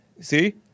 See